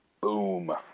Boom